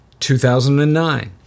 2009